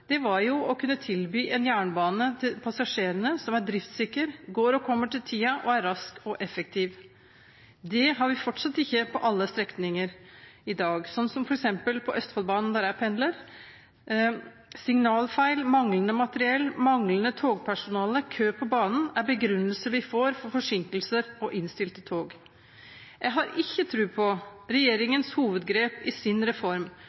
reformtiltakene var å kunne tilby passasjerene en jernbane som er driftssikker, går og kommer til tiden og er rask og effektiv. Det har vi fortsatt ikke på alle strekninger i dag, som f.eks. på Østfoldbanen, der jeg pendler. Signalfeil, manglende materiell, manglende togpersonale og kø på banen er begrunnelser vi får for forsinkelser og innstilte tog. Jeg har ikke tro på at regjeringens hovedgrep i